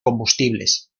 combustibles